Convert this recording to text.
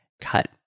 cut